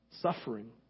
Suffering